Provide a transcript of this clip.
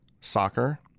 Soccer